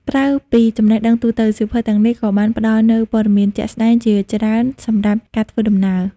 ក្រៅពីចំណេះដឹងទូទៅ សៀវភៅទាំងនេះក៏បានផ្ដល់នូវ ព័ត៌មានជាក់ស្ដែង ជាច្រើនសម្រាប់ការធ្វើដំណើរ។